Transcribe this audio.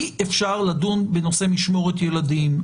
אי אפשר לדון בנושא משמורת ילדים,